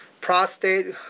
prostate